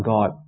God